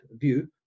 view